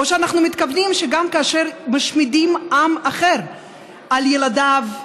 או שאנחנו מתכוונים שגם כאשר משמידים עם אחר על ילדיו,